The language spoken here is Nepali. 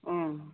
अँ